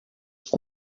que